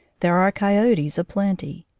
there are coyotes a-plenty.